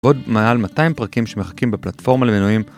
עוד מעל 200 פרקים שמחכים בפלטפורמה למינויים.